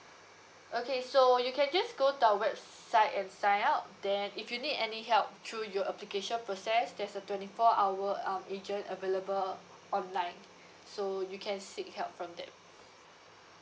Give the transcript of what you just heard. okay so you can just go to our website and sign up there and if you need any help through your application process there's a twenty four hour um agent available online so you can seek help from them